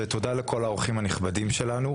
ותודה לכל האורחים הנכבדים שלנו.